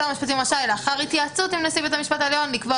שר המשפטים רשאי לאחר התייעצות עם נשיא בית המשפט העליון לקבוע